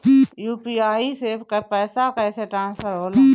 UPI से पैसा कैसे ट्रांसफर होला?